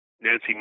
Nancy